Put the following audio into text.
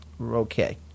Okay